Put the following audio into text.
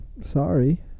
sorry